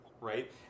right